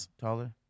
taller